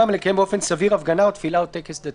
מלקיים באופן סביר הפגנה או תפילה או טקס דתי.